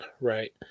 Right